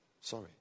Sorry